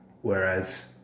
Whereas